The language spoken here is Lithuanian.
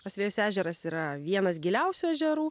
asvejos ežeras yra vienas giliausių ežerų